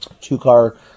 two-car